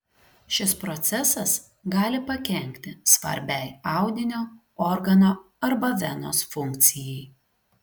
šis procesas gali pakenkti svarbiai audinio organo arba venos funkcijai